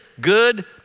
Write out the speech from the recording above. good